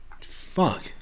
fuck